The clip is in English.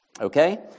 Okay